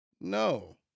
No